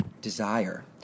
desire